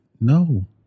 No